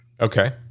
Okay